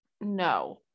No